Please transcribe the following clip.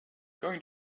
going